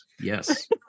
yes